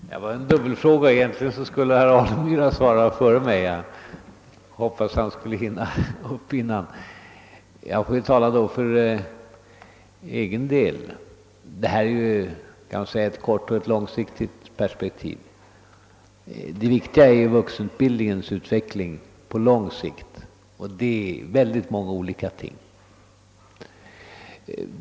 Herr talman! Det var en dubbelfråga, och egentligen skulle herr Alemyr ha svarat före mig — jag hoppades att han skulle hinna upp i talarstolen först. Men jag får nu yttra mig för egen del. Frågan har, kan man säga, ett långsiktigt och ett kortsiktigt perspektiv. Det viktiga är vuxenutbildningens utveckling på lång sikt, och därvidlag gäller det många olika ting.